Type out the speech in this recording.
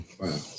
Wow